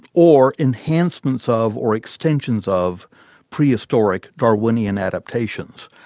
or enhancements of, or extensions of prehistoric darwinian adaptations.